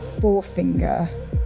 forefinger